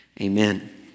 Amen